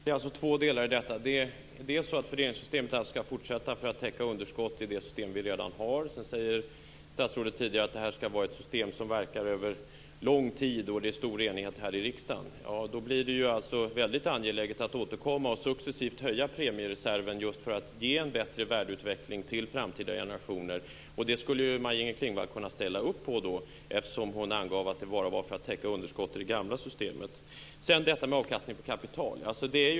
Fru talman! Det är alltså två delar i detta. Fördelningssystemet skall fortsätta för att täcka underskott i det system vi redan har, och tidigare sade statsrådet att detta skall vara ett system som verkar över lång tid och att det finns en stor enighet här i riksdagen. Då blir det ju väldigt angeläget att återkomma och successivt höja premiereserven just för att ge en bättre värdeutveckling till framtida generationer. Det skulle ju Maj-Inger Klingvall kunna ställa upp på, eftersom hon angav att fördelningssystemet bara skall fortsätta för att täcka underskott i det gamla systemet. Sedan gäller det avkastningen på kapital.